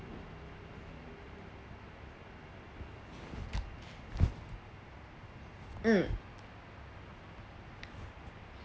mm